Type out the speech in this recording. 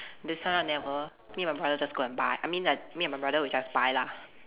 this time round never me and my brother just go and buy I mean that me and my brother we just buy lah